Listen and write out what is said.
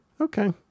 Okay